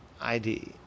ID